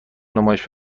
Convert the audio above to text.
نمایش